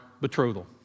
betrothal